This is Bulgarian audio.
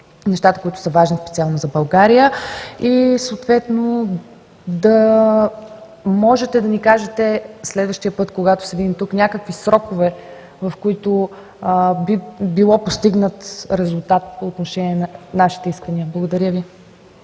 нещата, които са важни, специално за България. Съответно – да можете да ми кажете следващия път, когато се видим тук, някакви срокове, в които би бил постигнат резултат по отношение на нашите искания. Благодаря Ви.